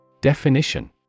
Definition